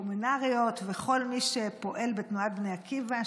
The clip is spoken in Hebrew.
הקומונריות וכל מי שפועל בתנועת בני עקיבא,